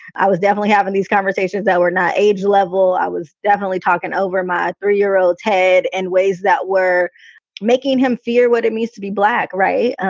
i was definitely having these conversations that were not age level. i was definitely talking over my three year old's head in ways that were making him fear what it means to be black. right.